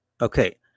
Okay